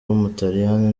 w’umutaliyani